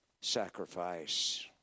Sacrifice